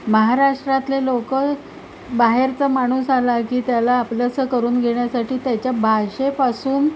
महाराष्ट्रातले लोकं बाहेरचा माणूस आला की त्याला आपलंसं करून घेण्यासाठी त्याच्या भाषेपासून